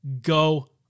Go